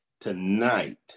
tonight